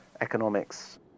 economics